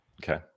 Okay